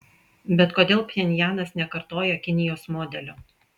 bet kodėl pchenjanas nekartoja kinijos modelio